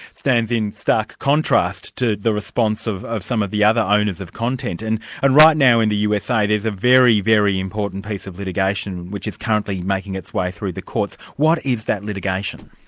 stands in stark contrast to the response of of some of the other owners of content, and and right now in the usa there's a very, very important piece of litigation which is currently making its way through the courts what is that litigation?